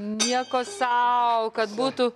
nieko sau kad būtų